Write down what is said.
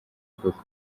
koko